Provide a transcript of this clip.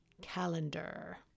calendar